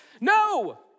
No